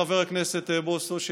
חבר הכנסת בוסו,